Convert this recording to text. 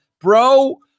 bro